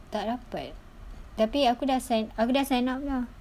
tak dapat tapi aku dah sign up dah